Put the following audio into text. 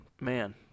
man